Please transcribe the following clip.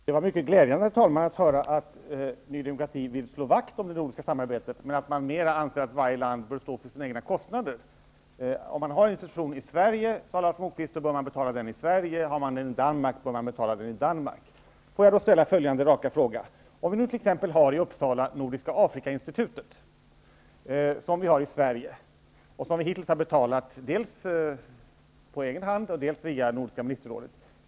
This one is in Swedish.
Herr talman! Det var mycket glädjande att höra att Ny demokrati vill slå vakt om det nordiska samarbetet, men att man anser att varje land bör stå för sina egna kostnader. Lars Moquist sade att om man har en institution i Sverige så bör man betala den i Sverige. Har man en institution i Danmark så bör man betala den i Danmark. Får jag ställa följande raka fråga. I Uppsala, i Sverige, har vi t.ex. Nordiska Afrikainstitutet, som vi hittills har betalat för på egen hand och via Nordiska ministerrådet.